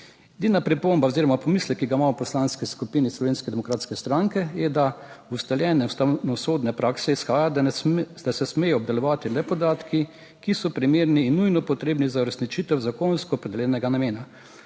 Edina pripomba oziroma pomislek, ki ga imamo v Poslanski skupini Slovenske demokratske stranke, je, da iz ustaljene ustavno sodne prakse izhaja, da se smejo obdelovati le podatki, ki so primerni in nujno potrebni za uresničitev zakonsko opredeljenega namena.